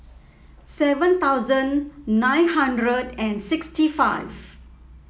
seven thousand nine hundred and sixty five